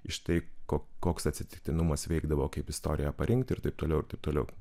iš tai ko koks atsitiktinumas veikdavo kaip istoriją parinkti ir taip toliau ir taip toliau